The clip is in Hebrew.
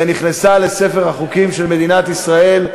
ותיכנס לספר החוקים של מדינת ישראל.